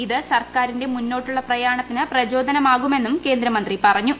ഇത് സർക്കാരിന്റെ മുന്നോട്ടുളള പ്രയാണത്തിന് പ്രചോദനമാകുമെന്നും കേന്ദ്ര മന്ത്രി പറഞ്ഞു